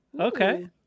Okay